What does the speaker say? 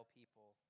people